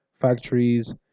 factories